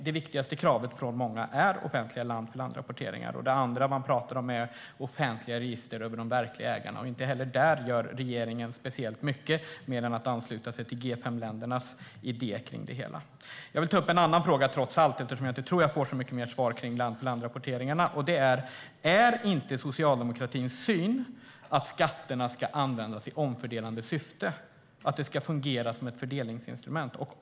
Det viktigaste kravet från många är offentliga land-för-land-rapporteringar. Det andra man talar om är offentliga register över de verkliga ägarna, och inte heller där gör regeringen speciellt mycket mer än att ansluta sig till G5-ländernas idé kring det hela. Jag vill ta upp en annan fråga, trots allt, eftersom jag inte tror att jag får så mycket mer svar kring landrapporteringarna. Är inte socialdemokratins syn att skatterna ska användas i omfördelande syfte, att de ska fungera som ett fördelningsinstrument?